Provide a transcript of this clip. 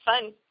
fun